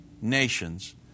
nations